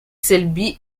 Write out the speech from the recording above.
selby